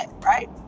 right